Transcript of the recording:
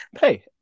Hey